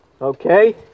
Okay